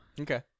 Okay